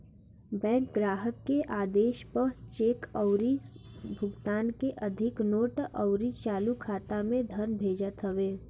bank ग्राहक के आदेश पअ चेक अउरी भुगतान के अधीन नोट अउरी चालू खाता में धन भेजत हवे